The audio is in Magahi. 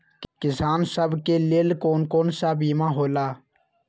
किसान सब के लेल कौन कौन सा बीमा होला?